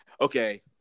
okay